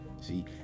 See